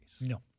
No